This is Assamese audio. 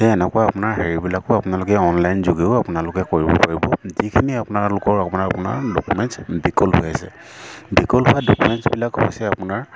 সেই এনেকুৱা আপোনাৰ হেৰিবিলাকো আপোনালোকে অনলাইন যোগেও আপোনালোকে কৰিব পাৰিব যিখিনি আপোনালোকৰ আপোনাৰ ডকুমেণ্টছ বিকল আছে বিকল হোৱা ডকুমেণ্টছবিলাক হৈছে আপোনাৰ